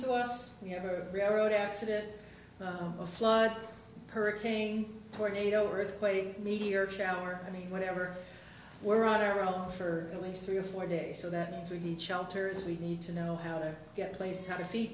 to us we have a real road accident a flood hurricane tornado earthquake meteor shower i mean whatever we're on our own for at least three or four days so that means we need shelters we need to know how to get places how to feed